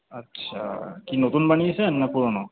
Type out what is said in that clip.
আচ্ছা কি নতুন বানিয়েছেন না পুরনো